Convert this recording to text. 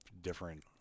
different